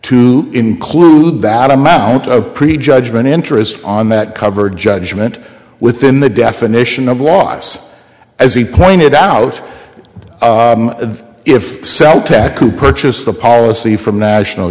to include that amount of pre judgment interest on that cover judgment within the definition of loss as he pointed out if celtic who purchased a policy from national